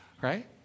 right